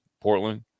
Portland